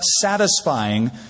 satisfying